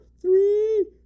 three